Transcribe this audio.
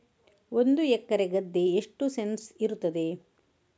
ಒಂದು ಎಕರೆ ಗದ್ದೆ ಎಷ್ಟು ಸೆಂಟ್ಸ್ ಇರುತ್ತದೆ?